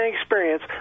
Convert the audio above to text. experience